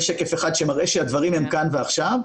זה שקף אחד שמראה שהדברים הם כאן ועכשיו.